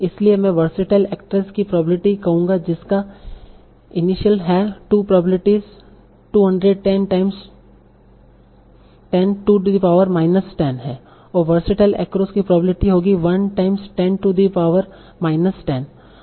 इसलिए मैं versatile actress की प्रोबेब्लिटी कहूँगा जिसका इनिसिअल है 2 probabilities 210 times 10 to the minus 10 हैं और वरसेटाइल एक्रोस की प्रोबेब्लिटी होगी 1 टाइम्स 10 टू द माइनस 10